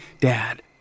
Dad